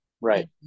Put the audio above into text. Right